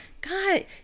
God